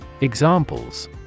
Examples